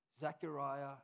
Zechariah